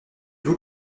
vous